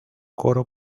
coro